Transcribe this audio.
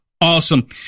awesome